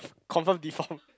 confirm deform